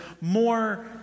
more